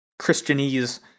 Christianese